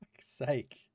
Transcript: sake